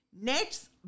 Next